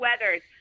Weathers